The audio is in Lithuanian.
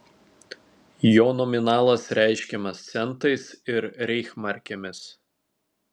jo nominalas reiškiamas centais ir reichsmarkėmis